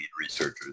researchers